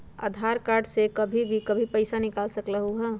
आधार card से कहीं भी कभी पईसा निकाल सकलहु ह?